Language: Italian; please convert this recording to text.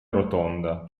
rotonda